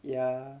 ya